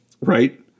Right